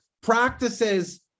practices